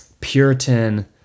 Puritan